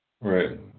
Right